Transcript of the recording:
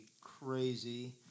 crazy